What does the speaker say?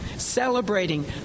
celebrating